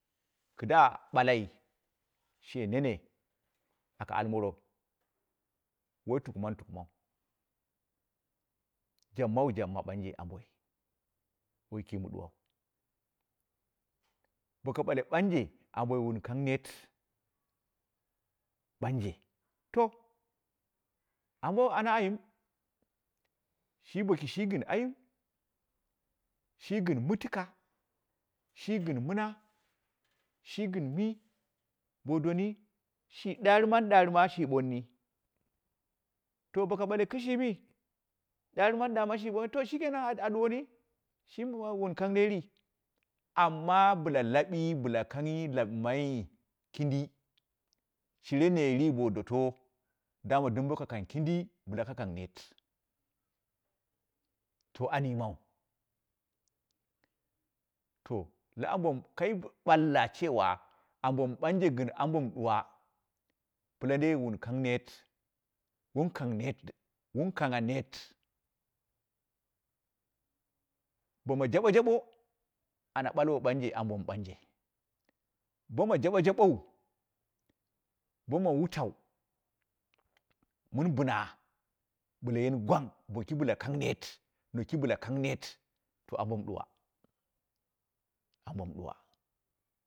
Kɗɨa baki she nene aka moro wai tuku mani tukumau, jabmawu jabma ɓanje amboi woi kii ma ɓuwau ɓoki bule banje amboi wun kang neet banje to, anbo ana ayim, shi boki shigɨn ayim, shi gɨn mɨtika, shi gɨn mina, shi gɨn mɨ bo doni, shi ɗari0mani darima shi ɓonni, to boka bale kishimi daimani darima shi boni to shikena a duwoni shi ui wun kang neer yi, amma bɨla kaɓi bɨla kaughi lammai yi kindi, shire neer yi bo diti daman dim boka kang kindi bɨla ka kang neet. To an yimau, to aa ambo kai baka cewa, ambo mɨ ɓanje gɨn ambo mɨ duwa pɨlade wun kang neet wun kang neet, wun kangha neet, bama jabo jabo ana balwo banji, ambo mɨ banje boma jabo jabou, woma wutau mɨn bɨna bɨlayeni gwang, boki bɨla kan neet, noki bnɨla kang neet, to ambo mɨ duwa, ambo mɨ duwwa.